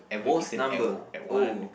most number oh